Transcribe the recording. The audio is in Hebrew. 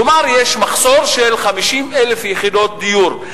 כלומר, יש מחסור של 50,000 יחידות דיור.